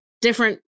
different